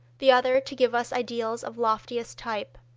the other to give us ideals of loftiest type.